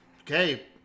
okay